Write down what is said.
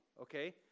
okay